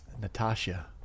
natasha